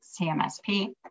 CMSP